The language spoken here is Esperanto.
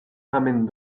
tamen